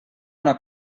una